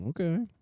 Okay